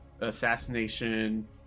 Assassination